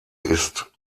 ist